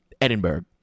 Edinburgh